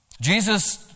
Jesus